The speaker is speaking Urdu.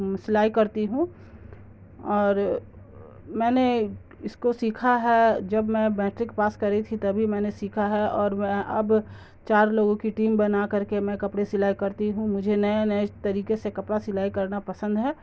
سلائی کرتی ہوں اور میں نے اس کو سیکھا ہے جب میں میٹرک پاس کری تھی تبھی میں نے سیکھا ہے اور میں اب چار لوگوں کی ٹیم بنا کر کے میں کپڑے سلائی کرتی ہوں مجھے نئے نئے طریقے سے کپڑا سلائی کرنا پسند ہے